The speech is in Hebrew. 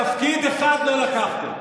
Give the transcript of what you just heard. תפקיד אחד לא לקחתם.